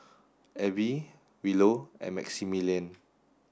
Abbey Willow and Maximilian